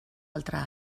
altre